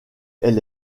elle